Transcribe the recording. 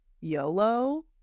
YOLO